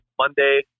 Monday